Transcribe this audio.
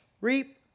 reap